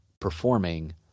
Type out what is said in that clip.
performing